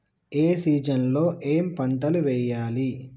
ఏ season లో ఏం పంటలు వెయ్యాలి?